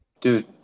Dude